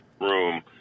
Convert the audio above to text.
Room